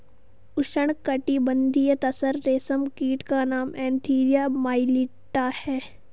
उष्णकटिबंधीय तसर रेशम कीट का नाम एन्थीरिया माइलिट्टा है